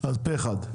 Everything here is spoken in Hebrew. פה אחד.